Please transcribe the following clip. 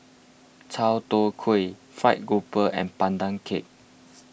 Chai Tow Kway Fried Grouper and Pandan Cake